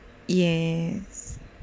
yes